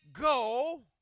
go